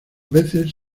veces